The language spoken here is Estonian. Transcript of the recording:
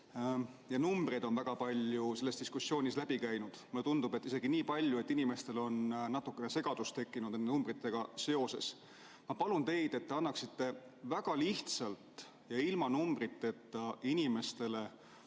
Ja numbreid on väga palju selles diskussioonis läbi käinud, mulle tundub, et isegi nii palju, et inimestel on natukene segadus tekkinud nende numbritega seoses. Ma palun teid, et te annaksite väga lihtsalt ja ilma numbriteta inimestele